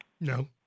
No